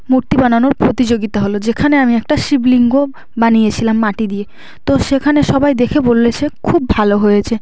মূর্তি বানানোর প্রতিযোগিতা হলো যেখানে আমি একটা শিবলিঙ্গ বানিয়েছিলাম মাটি দিয়ে তো সেখানে সবাই দেখে বলেছে খুব ভালো হয়েছে